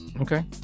Okay